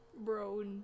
bro